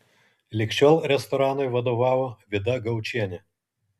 lig šiol restoranui vadovavo vida gaučienė